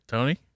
Tony